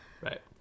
Right